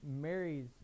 marries